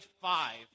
five